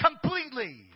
completely